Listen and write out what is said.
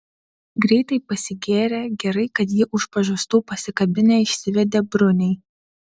greitai pasigėrė gerai kad jį už pažastų pasikabinę išsivedė bruniai